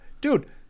dude